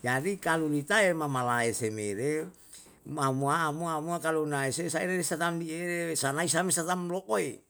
Jadi kalu litae mamalae semere, mamuwa'a amuwa amuawa kalu nai se saire risa tam ni e sanai risa tam lokoe